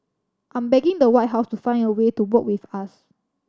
I'm begging the White House to find a way to work with us